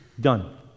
done